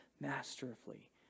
masterfully